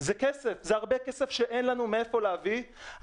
זה כסף, זה הרבה כסף שאין לנו מאיפה להביא.